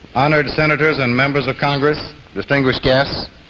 honoured senators and members of congress, distinguished guests,